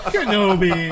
Kenobi